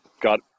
got